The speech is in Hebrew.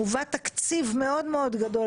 מובא תקציב מאוד-מאוד גדול,